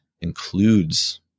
includes